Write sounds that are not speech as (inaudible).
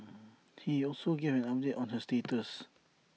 (hesitation) he also gave an update on her status